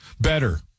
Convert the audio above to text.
better